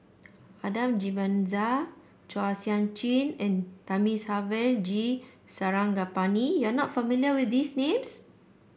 Adan Jimenez Chua Sian Chin and Thamizhavel G Sarangapani you are not familiar with these names